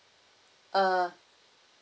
uh